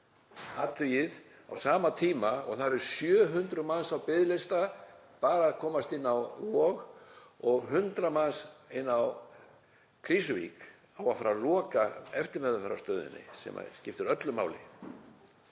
að á sama tíma og það eru 700 manns á biðlista bara eftir að komast inn á Vog og 100 manns inn á Krýsuvík þá á að fara að loka eftirmeðferðarstöðinni sem skiptir öllu máli.